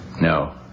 No